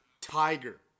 Tiger